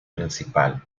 principal